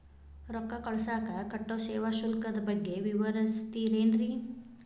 ರೊಕ್ಕ ಕಳಸಾಕ್ ಕಟ್ಟೋ ಸೇವಾ ಶುಲ್ಕದ ಬಗ್ಗೆ ವಿವರಿಸ್ತಿರೇನ್ರಿ?